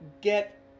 get